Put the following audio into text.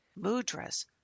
Mudras